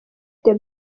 the